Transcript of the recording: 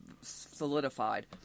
solidified